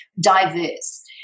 diverse